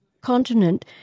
continent